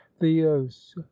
theos